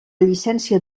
llicència